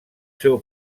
seu